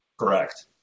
Correct